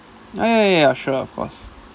ya ya ya sure of course